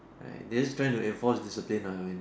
right they are just trying to reinforce discipline I when